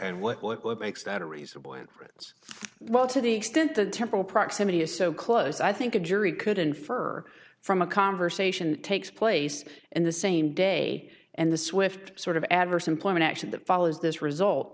and what will equip makes that a reasonable inference well to the extent that temporal proximity is so close i think a jury could infer from a conversation takes place in the same day and the swift sort of adverse employment action that follows this result